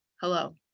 hello